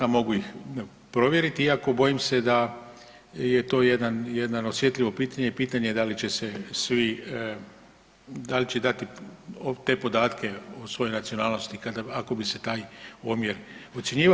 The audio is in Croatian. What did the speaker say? Mogu ih provjeriti iako bojim se da je to jedno osjetljivo pitanje i pitanje da li će se svi, da li će dati te podatke o svojoj racionalnosti ako bi se taj omjer ocjenjivao.